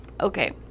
Okay